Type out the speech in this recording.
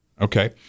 Okay